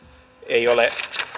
ei ole